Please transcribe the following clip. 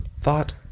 thought